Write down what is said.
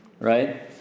right